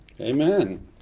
amen